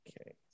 Okay